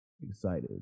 excited